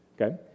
Okay